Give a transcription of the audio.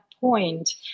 point